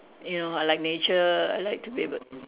you know I like nature I like to be able